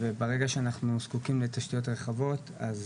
וברגע שאנחנו זקוקים לתשתיות רחבות אז